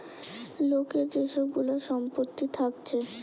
লোকের যে সব গুলা সম্পত্তি থাকছে